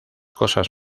cosas